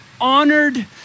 honored